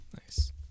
Nice